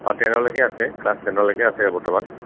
অঁ টেনলৈকে আছে ক্লাছ টেনলৈকে আছে আৰু বৰ্তমান